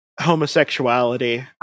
homosexuality